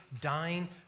dying